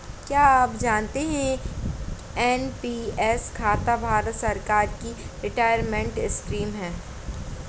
क्या आप जानते है एन.पी.एस खाता भारत सरकार की एक रिटायरमेंट स्कीम है?